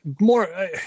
more